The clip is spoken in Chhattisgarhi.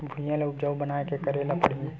भुइयां ल उपजाऊ बनाये का करे ल पड़ही?